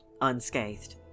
unscathed